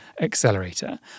accelerator